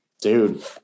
Dude